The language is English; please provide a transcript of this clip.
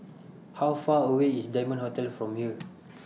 How Far away IS Diamond Hotel from here